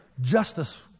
Justice